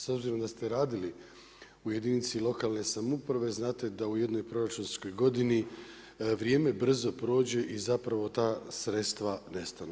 S obzirom da ste radili u jedinici lokalne samouprave znate da u jednoj proračunskoj godini vrijeme brzo prođe i zapravo ta sredstva nestanu.